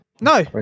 No